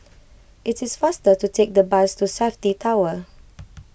it is faster to take the bus to Safti Tower